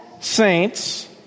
saints